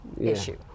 issue